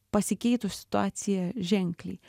pasikeitus situacija ženkliai